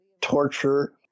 torture